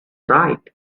right